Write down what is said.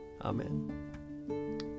Amen